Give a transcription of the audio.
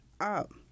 up